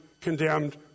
condemned